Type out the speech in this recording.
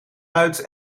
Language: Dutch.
uit